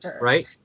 right